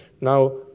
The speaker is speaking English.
Now